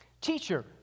Teacher